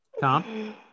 Tom